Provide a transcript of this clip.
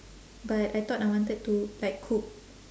but I thought I wanted to like cook